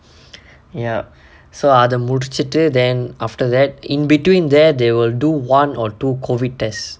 ya so அத முடிச்சிட்டு:atha mudichittu then after that in between there they will do one or two COVID test